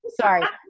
sorry